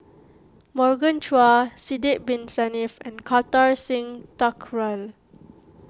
Morgan Chua Sidek Bin Saniff and Kartar Singh Thakral